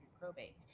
probate